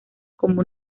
como